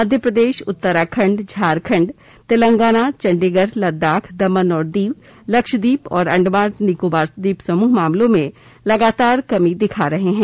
मध्य प्रदेश उत्तराखंड झारखंड तेलंगाना चंडीगढ़ लद्दाख दमन और दीव लक्षद्वीप और अंडमान और निकोबार द्वीप समूह मामलों में लगातार कमी दिखा रहे हैं